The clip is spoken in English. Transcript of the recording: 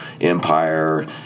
empire